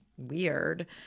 weird